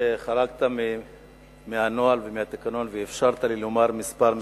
שחרגת מהנוהל ומהתקנון ואפשרת לי לומר כמה משפטים.